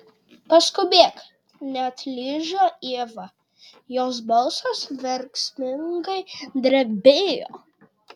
paskubėk neatlyžo ieva jos balsas verksmingai drebėjo